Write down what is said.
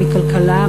מכלכלה,